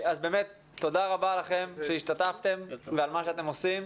באמת תודה רבה לכם על שהשתתפתם ועל מה שאתם עושים.